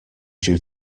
due